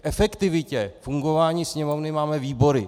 K efektivitě fungování Sněmovny máme výbory.